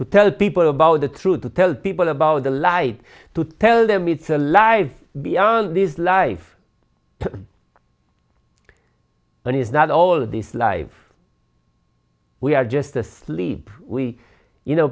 to tell people about the truth to tell people about the light to tell them it's alive beyond this life but is not all this live we are just asleep we you know